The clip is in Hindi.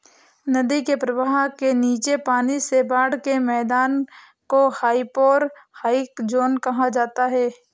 नदी के बहाव के नीचे पानी से बाढ़ के मैदान को हाइपोरहाइक ज़ोन कहा जाता है